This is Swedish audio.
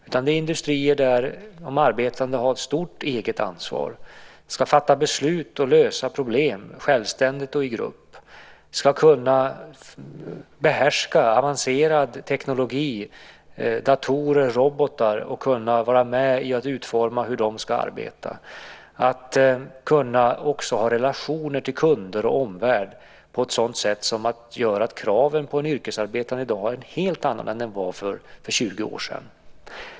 Det är industrier där de arbetande har ett stort eget ansvar. De ska fatta beslut och lösa problem självständigt och i grupp. De ska kunna behärska avancerad teknik, datorer och robotar, och kunna vara med och utforma hur de ska arbeta. De ska också kunna ha relationer till kunder och omvärld på ett sådant sätt som gör att kraven på en yrkesarbetare i dag är helt andra än de var för 20 år sedan.